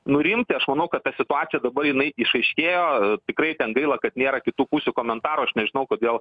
nurimti aš manau kad ta situacija dabar jinai išaiškėjo tikrai ten gaila kad nėra kitų pusių komentarų aš nežinau kodėl